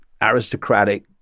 aristocratic